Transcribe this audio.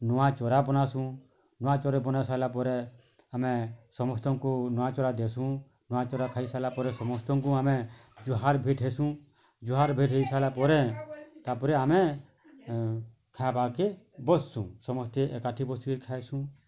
ନୂଆ ଚଉରା ବନାସୁଁ ନୂଆ ଚଉରା ବନେଇ ସାରିଲା ପରେ ଆମେ ସମସ୍ତଙ୍କୁ ନୂଆ ଚଉରା ଦେସୁଁ ନୂଆ ଚଉରା ଖାଇ ସାରିବା ପରେ ସମସ୍ତଙ୍କୁ ଆମେ ଜୁହାର୍ ଭେଟ୍ ଦେସୁଁ ଜୁହାର୍ ଭେଟ୍ ହେଇ ସାରିଲା ପରେ ତାପରେ ଆମେ ଖାଇବା କେ ବସୁଁ ସମସ୍ତେ ଏକାଠି ବସି କିରି ଖାଇସୁଁ